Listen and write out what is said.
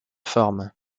formes